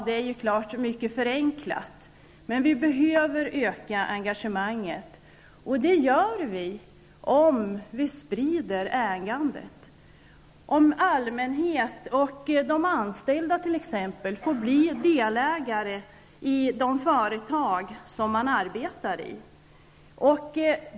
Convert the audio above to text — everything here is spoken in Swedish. Det är klart att detta är mycket förenklat uttryckt, men vi behöver öka engagemanget, vilket vi gör om ägandet sprids, om allmänheten och om t.ex. de anställda får bli delägare i det företag som man arbetar i.